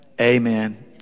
Amen